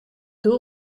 doel